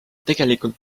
tegelikult